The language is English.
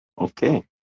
Okay